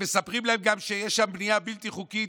ומספרים להם גם שיש שם בנייה בלתי חוקית,